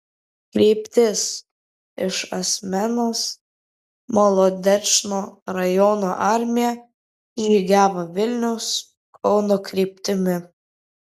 kryptis iš ašmenos molodečno rajono armija žygiavo vilniaus kauno kryptimi